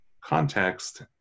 context